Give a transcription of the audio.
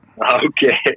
Okay